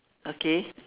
okay